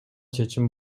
чечим